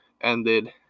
ended